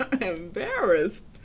Embarrassed